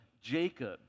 Jacob